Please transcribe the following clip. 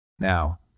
Now